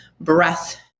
breath